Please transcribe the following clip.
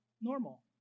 normal